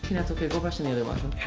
that's okay, go brush in the other washroom.